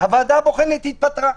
הוועדה הבוחנת התפטרה.